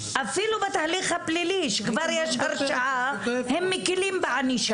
אפילו בתהליך הפלילי שכבר יש הרשעה הם מקלים בענישה.